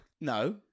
No